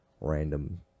random